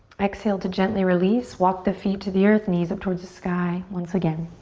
exhale to gently release, walk the feet to the earth, knees up towards the sky once again.